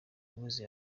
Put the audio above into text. kaminuza